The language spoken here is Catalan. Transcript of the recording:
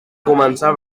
començar